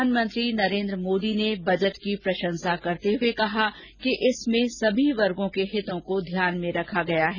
प्रधानमंत्री नरेन्द्र मोदी ने बजट की प्रशंसा करते हुए कहा कि इसमें सभी वर्गों के हितों को ध्यान में रखा गया है